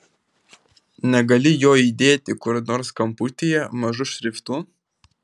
negali jo įdėti kur nors kamputyje mažu šriftu